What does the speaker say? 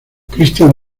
christian